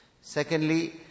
Secondly